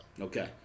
Okay